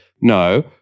no